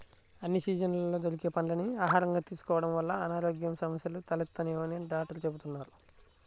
అన్ని సీజన్లలో దొరికే పండ్లని ఆహారంగా తీసుకోడం వల్ల అనారోగ్య సమస్యలు తలెత్తవని డాక్టర్లు చెబుతున్నారు